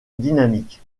dynamique